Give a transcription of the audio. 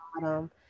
bottom